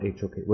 HOK